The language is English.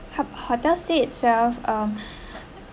have hotel stay itself um